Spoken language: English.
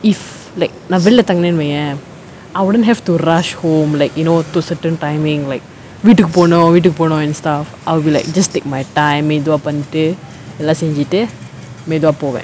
if like நா வெளில தாங்கினேனா:naa velila thanginaenaa I wouldn't have to rush home like you know to certain timing like வீட்டுக்கு போகனும் வீட்டுக்கு போகனும்:veetukku poganum veetukku poganum and stuff I would be like just take my time மெதுவா பண்ணிட்டு எல்லா செஞ்சிட்டு மெதுவா போவ:methuvaa pannittu ellaa senjittu methuvaa povaa